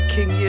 King